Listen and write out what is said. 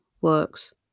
works